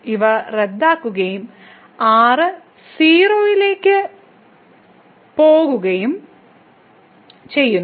ഇവ റദ്ദാക്കുകയും r 0 ലേക്ക് പോകുകയും ചെയ്യുന്നു